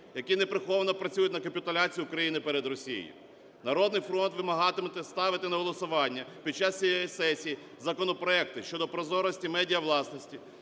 які неприховано працюють на капітуляцію України перед Росією. "Народний фронт" вимагатиме ставити на голосування під час цієї сесії законопроекти щодо прозорості медіавласності,